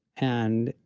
and,